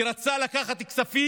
כי הוא רצה לקחת כספים